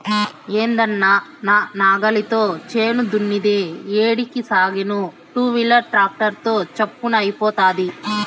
ఏందన్నా నా నాగలితో చేను దున్నేది ఏడికి సాగేను టూవీలర్ ట్రాక్టర్ తో చప్పున అయిపోతాది